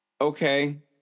okay